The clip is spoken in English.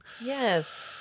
Yes